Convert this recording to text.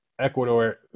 Ecuador